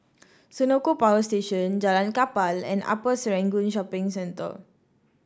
Senoko Power Station Jalan Kapal and Upper Serangoon Shopping Centre